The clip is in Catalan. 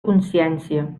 consciència